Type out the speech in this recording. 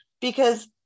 because-